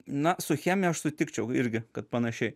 na su chemija aš sutikčiau irgi kad panašiai